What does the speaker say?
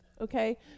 Okay